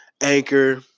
Anchor